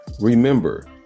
remember